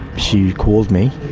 she called me.